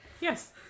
Yes